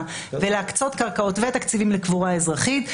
ולהקצות קרקעות ותקציבים לקבורה אזרחית,